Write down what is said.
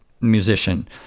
musician